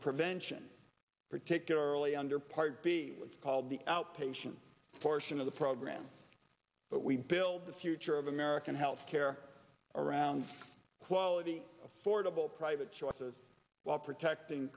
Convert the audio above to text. prevention particularly under part b which called the outpatient portion of the program but we build the future of american health care around quality affordable private choices while protecting